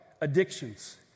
addictions